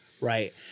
right